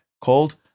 called